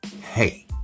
hey